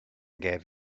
gave